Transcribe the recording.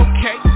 Okay